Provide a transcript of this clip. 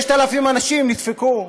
6,000 אנשים נדפקים.